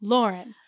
Lauren